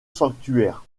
sanctuaires